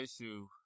issue